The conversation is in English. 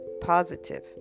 positive